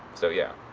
so yeah,